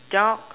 dog